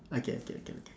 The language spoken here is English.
okay okay okay okay